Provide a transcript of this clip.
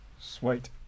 Sweet